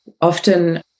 often